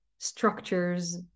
Structures